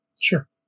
Sure